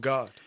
God